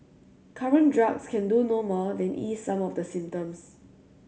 current drugs can do no more than ease some of the symptoms